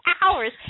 hours